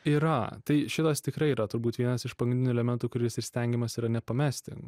yra tai šitas tikrai yra turbūt vienas iš pagrindinių elementų kuris ir stengiamasi yra nepamesti